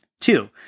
Two